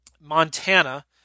Montana